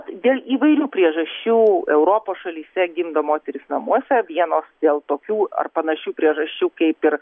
dėl įvairių priežasčių europos šalyse gimdo moterys namuose vienos dėl tokių ar panašių priežasčių kaip ir